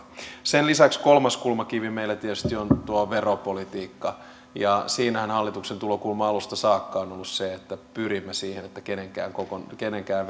sen lisäksi kolmas kulmakivi meillä tietysti on tuo veropolitiikka ja siinähän hallituksen tulokulma alusta saakka on on ollut se että pyrimme siihen että kenenkään